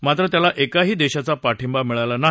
मात्र त्याला एकाही दश्वीचा पाठिंबा मिळाला नाही